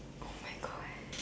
oh-my-God